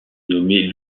nommée